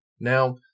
Now